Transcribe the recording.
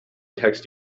text